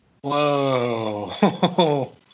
Whoa